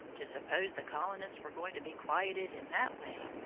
to suppose the colonists were going to be quieted in that way.